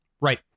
Right